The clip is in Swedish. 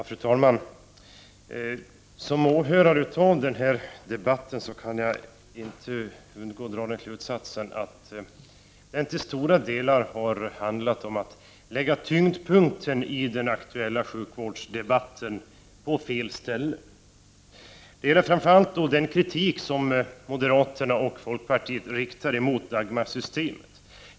Fru talman! Som åhörare av den här debatten kan jag inte undgå att dra slutsatsen att den till stora delar har handlat om att lägga tyngdpunkten i den aktuella sjukvårdsdebatten på fel ställe. Det gäller framför allt den kritik som moderaterna och folkpartisterna riktar mot Dagmarsystemet.